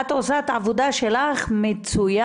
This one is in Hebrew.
את עושה את העבודה שלך מצוין.